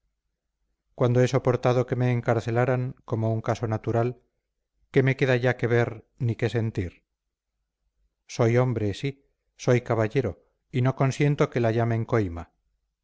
cuando he soportado que me encarcelaran como un caso natural qué me queda ya que ver ni que sentir soy hombre sí soy caballero y no consiento que la llamen coima